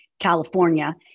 California